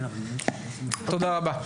תודה רבה.